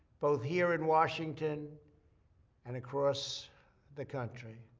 both here in washington and across the country.